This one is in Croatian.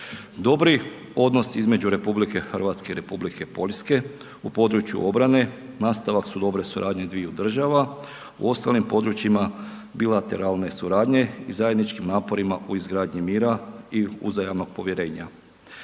Dobri odnos između RH i Republike Poljske u području obrane nastavak su dobre suradnje dviju država, u ostalim područjima bilateralne suradnje i zajedničkim naporima u izgradnji mira i uzajamnog povjerenja.